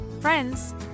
friends